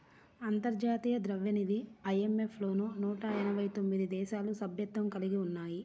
అంతర్జాతీయ ద్రవ్యనిధి ఐ.ఎం.ఎఫ్ లో నూట ఎనభై తొమ్మిది దేశాలు సభ్యత్వం కలిగి ఉన్నాయి